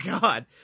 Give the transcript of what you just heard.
God